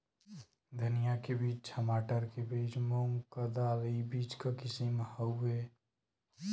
धनिया के बीज, छमाटर के बीज, मूंग क दाल ई बीज क किसिम हउवे